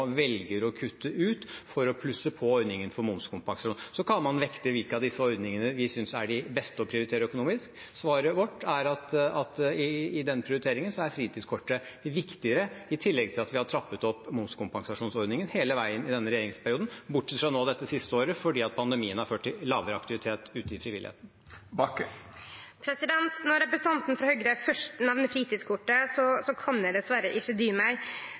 velger å kutte ut for å plusse på ordningen for momskompensasjon. Så kan man vekte hvilke av disse ordningene vi synes er de beste å prioritere økonomisk. Svaret vårt er at i den prioriteringen er fritidskortet viktigere, i tillegg til at vi har trappet opp momskompensasjonsordningen hele veien i regjeringsperioden, bortsett fra dette siste året, fordi pandemien har ført til lavere aktivitet ute i frivilligheten. Når representanten frå Høgre først nemner fritidskortet, kan eg dessverre ikkje dy meg.